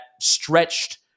stretched